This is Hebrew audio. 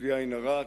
בלי עין הרע,